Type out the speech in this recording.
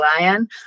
lion